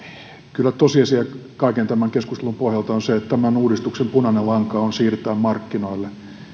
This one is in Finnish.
kyllä tosiasia kaiken tämän keskustelun pohjalta on se että tämän uudistuksen punainen lanka on siirtää markkinoille